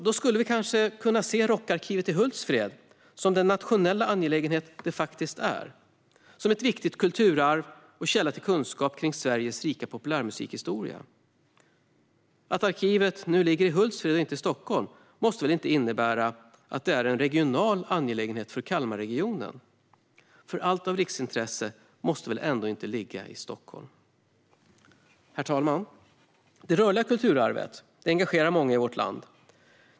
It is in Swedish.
Då skulle vi kanske kunna se Rockarkivet i Hultsfred som den nationella angelägenhet det faktiskt är: som ett viktigt kulturarv och en källa till kunskap om Sveriges rika populärmusikhistoria. Att arkivet ligger i Hultsfred och inte i Stockholm måste väl inte innebära att det är en regional angelägenhet för Kalmarregionen? Allt av riksintresse måste väl ändå inte ligga i Stockholm? Herr talman! Det rörliga kulturarvet engagerar många i vårt land.